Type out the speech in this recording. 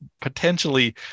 potentially